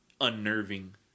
unnerving